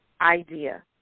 idea